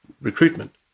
Recruitment